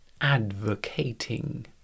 advocating